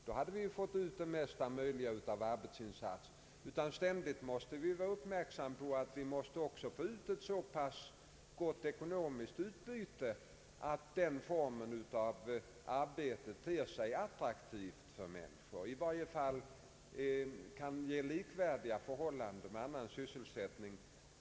Då hade vi fått ut det mesta möjliga av arbetsinsats. Ständigt måste vi vara uppmärksamma på att vi skall få ett så gott ekonomiskt utbyte att denna form av arbete ter sig attraktiv för människor och i varje fall kan ge förhållanden som är likvärdiga dem de kan få i annan sysselsättning.